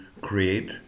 create